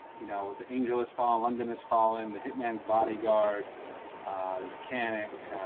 you know the angels fallen london has fallen the hitman's body guard the mechanic.